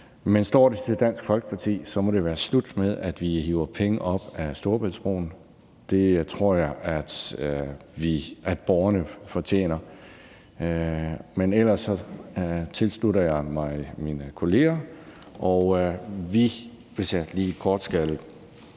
Men står det til Dansk Folkeparti, må det være slut med at hive penge ud af Storebæltsbroen, det tror jeg borgerne fortjener. Ellers tilslutter jeg mine kolleger, og vi, hvis jeg lige kort skal